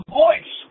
voice